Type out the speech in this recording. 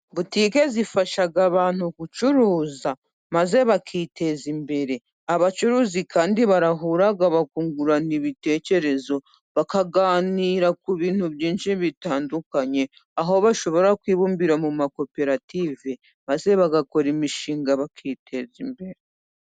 Butiki zifasha abantu gucuruza maze bakiteza imbere. Abacuruzi kandi barahura bakungurana ibitekerezo, bakaganira ku bintu byinshi bitandukanye, aho bashobora kwibumbira mu makoperative maze bagakora imishinga bakiteza imbere.